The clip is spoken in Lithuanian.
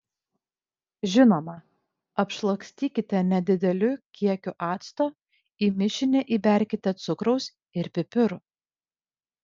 žinoma apšlakstykite nedideliu kiekiu acto į mišinį įberkite cukraus ir pipirų